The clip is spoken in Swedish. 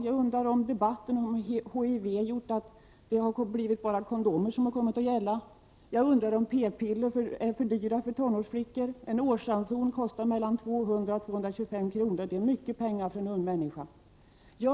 Jag undrar om debatten om HIV har gjort att det bara blivit en fråga om kondomer. Jag undrar om p-piller är för dyra för tonårsflickor. En årsranson kostar mellan 200 och 225 kr., och det är mycket pengar för en ung människa.